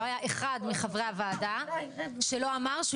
לא היה אחד מחברי הוועדה שלא אמר שהוא